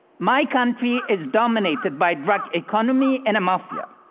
my country is dominated by drug economy and a mafia.